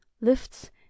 lifts